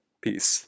peace